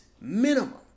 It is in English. minimum